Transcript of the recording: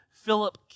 Philip